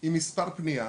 עם מספר פנייה.